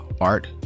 art